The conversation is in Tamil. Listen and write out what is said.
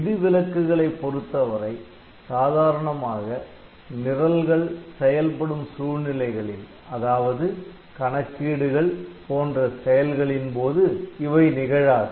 விதிவிலக்குகளை பொறுத்தவரை சாதாரணமாக நிரல்கள் செயல்படும் சூழ்நிலைகளில் அதாவது கணக்கீடுகள் போன்ற செயல்களின் போது இவை நிகழாது